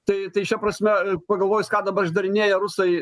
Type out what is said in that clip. tai tai šia prasme pagalvojus ką dabar išdarinėja rusai